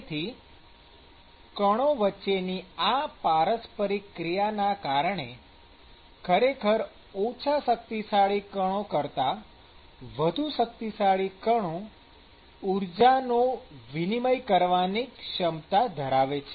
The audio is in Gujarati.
તેથી કણો વચ્ચેની આ પારસ્પરિક ક્રિયાના કારણે ખરેખર ઓછા શક્તિશાળી કણો કરતાં વધુ શક્તિશાળી કણો ઊર્જાનો વિનિમય કરવાની ક્ષમતા ધરાવે છે